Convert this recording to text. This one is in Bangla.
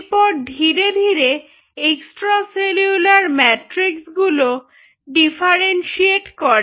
এরপর ধীরে ধীরে এক্সট্রা সেলুলার ম্যাট্রিক্স গুলো ডিফারেনশিয়েট করে